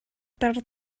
ter